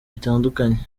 bitandukanye